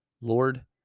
Lord